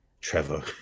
Trevor